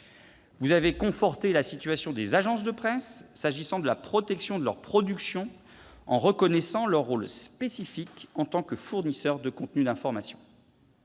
Vous avez conforté la situation des agences de presse s'agissant de la protection de leurs productions en reconnaissant leur rôle spécifique en tant que fournisseur de contenus d'information.